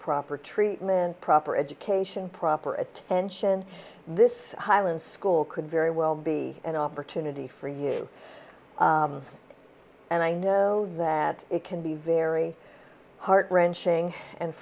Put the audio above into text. proper treatment proper education proper attention this hyland school could very well be an opportunity for you and i know that it can be very heart wrenching and